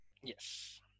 Yes